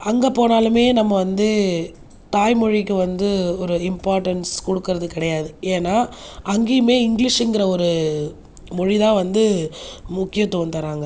அங்கே போனாலுமே நம்ம வந்து தாய் மொழிக்கு வந்து ஒரு இம்பார்ட்டன்ஸ் கொடுக்குறதுக் கிடையாது ஏன்னால் அங்கேயுமே இங்கிலீஷ்ங்கிற ஒரு மொழிதான் வந்து முக்கியத்துவம் தராங்க